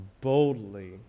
boldly